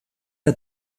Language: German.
der